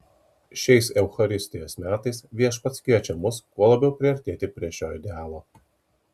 šiais eucharistijos metais viešpats kviečia mus kuo labiau priartėti prie šio idealo